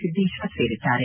ಸಿದ್ದೇಶ್ವರ್ ಸೇರಿದ್ದಾರೆ